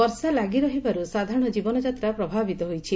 ବର୍ଷା ଲାଗି ରହି ବାରୁ ସାଧାରଶ ଜୀବନଯାତ୍ରା ପ୍ରଭାବିତ ହୋଇଛି